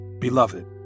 Beloved